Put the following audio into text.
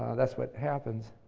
that's what happens.